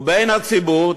ובקרב הציבור,